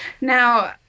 Now-